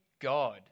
God